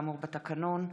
כאמור בתקנון: